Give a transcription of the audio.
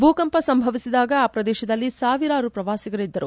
ಭೂಕಂಪ ಸಂಭವಿಸಿದಾಗ ಆ ಪ್ರದೇಶದಲ್ಲಿ ಸಾವಿರಾರು ಪ್ರವಾಸಿಗರಿದ್ದರು